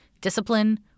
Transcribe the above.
discipline